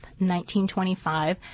1925